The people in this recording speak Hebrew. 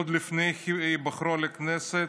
עוד לפני היבחרו לכנסת,